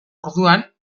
orduan